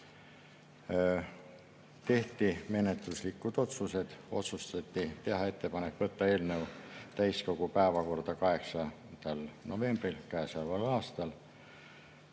Tehti menetluslikud otsused. Otsustati teha ettepanek võtta eelnõu täiskogu päevakorda 8. novembril käesoleval aastal